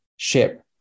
ship